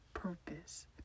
purpose